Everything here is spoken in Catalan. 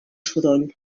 soroll